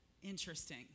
interesting